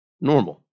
normal